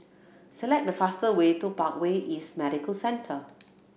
select the fastest way to Parkway East Medical Centre